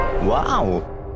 Wow